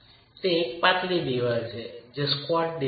તે એક પાતળી દિવાલ છે જે સ્ક્વોટ દિવાલ નથી